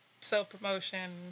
self-promotion